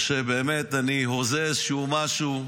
או שבאמת אני הוזה איזשהו משהו,